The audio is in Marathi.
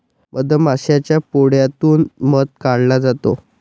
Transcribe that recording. मधमाशाच्या पोळ्यातून मध काढला जातो